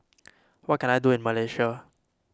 what can I do in Malaysia